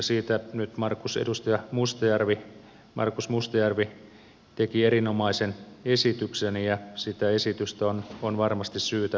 siitä nyt edustaja markus mustajärvi teki erinomaisen esityksen ja sitä esitystä on varmasti syytä kannattaa